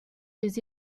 des